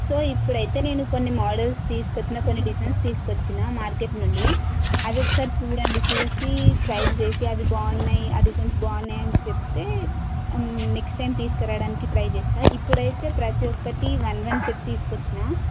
so ఇప్పుడైతే నేను కొన్ని మోడల్స్ తీసుకొచ్చాను కొన్ని డిజైన్స్ తీసుకొచ్చాను మార్కెట్ నుండి అదోకసారి చూడండి చూసి ట్రైల్ వేసి అది బాగున్నాయి అది డిజైన్స్ బాగున్నాయని చెప్తే నెక్ట్స్ టైమ్ తీసుకురావడానికి ట్రై చేస్తాను ఇప్పుడైతే ప్రతి ఒక్కటి వన్ వన్ సెట్ తీసుకొచ్చాను